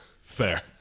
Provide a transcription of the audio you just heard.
Fair